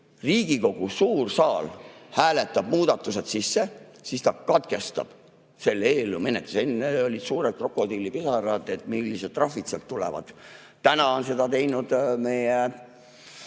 Riigikogu suur saal hääletab muudatused sisse, siis ta katkestab selle eelnõu menetluse. Enne olid suured krokodillipisarad, et millised trahvid sealt tulevad. Nüüd on seda teinud meie